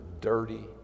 dirty